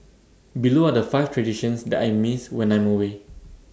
below are the five traditions that I miss when I'm away